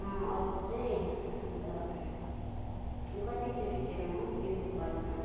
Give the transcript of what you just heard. अर्को चाहिँ अन्त कत्तिचोटि चाहिँ म युट्युबहरूमा